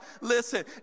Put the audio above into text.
Listen